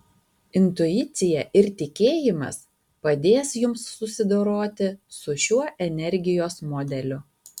intuicija ir tikėjimas padės jums susidoroti su šiuo energijos modeliu